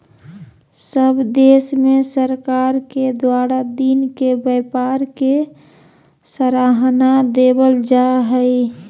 सब देश में सरकार के द्वारा दिन के व्यापार के सराहना देवल जा हइ